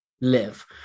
live